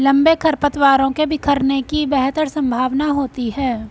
लंबे खरपतवारों के बिखरने की बेहतर संभावना होती है